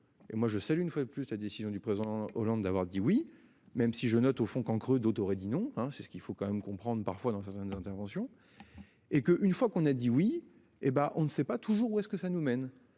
et moi je salue une fois de plus la décision du président Hollande d'avoir dit oui, même si je note au fond cancre d'autres aurait dit non hein c'est ce qu'il faut quand même comprendre parfois dans sa zone d'intervention. Et que une fois qu'on a dit oui et bah, on ne sait pas toujours où est-ce que ça nous mène